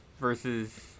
versus